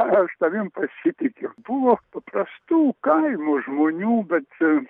aš tavim pasitikiu buvo paprastų kaimo žmonių bet